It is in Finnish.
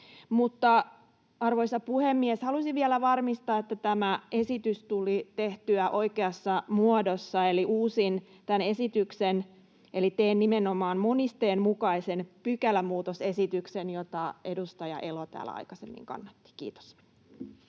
Arvoisa puhemies! Halusin vielä varmistaa, että tämä esitys tuli tehtyä oikeassa muodossa, eli uusin tämän esityksen. Eli teen nimenomaan monisteen mukaisen pykälämuutosesityksen, jota edustaja Elo täällä aikaisemmin kannatti. — Kiitos.